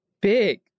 big